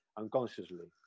unconsciously